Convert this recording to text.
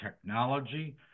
technology